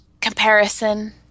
comparison